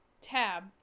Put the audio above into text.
tab